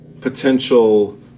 potential